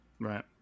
Right